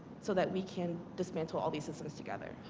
so that we can dismantle all the systems together.